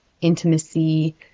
intimacy